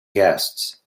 guests